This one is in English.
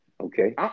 Okay